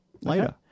Later